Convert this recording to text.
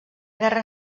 guerra